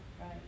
right